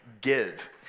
give